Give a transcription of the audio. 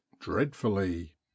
dreadfully